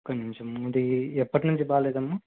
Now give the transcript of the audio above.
ఒక్క నిమిషం అది ఎప్పటి నుంచి బాగోలేదమ్మ